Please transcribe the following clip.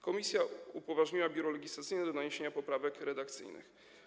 Komisja upoważniła Biuro Legislacyjne do naniesienia poprawek redakcyjnych.